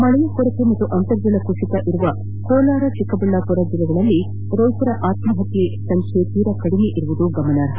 ಮಳೆಯ ಕೊರತೆ ಮತ್ತು ಅಂತರ್ಜಲ ಕುಸಿತ ಇರುವ ಕೋಲಾರ ಚಿಕ್ಕಬಳ್ಳಾಪುರ ಜಿಲ್ಲೆಗಳಲ್ಲಿ ರೈತರ ಆತ್ಮಪತ್ನೆ ಸಂಖ್ಯೆ ತೀರಾ ಕಡಿಮೆ ಇರುವುದು ಗಮನಾರ್ಹ